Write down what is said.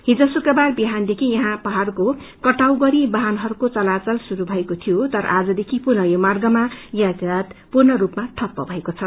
हिज शुक्रबार विहानदेखि याहाँ पहाइरस्को कटाव गरी वाहनहरूको चतावल श्रुरू भएको शियो तर आजदेखि यो मार्गमा यातायात पूर्ण रूपमा ठप भएको छ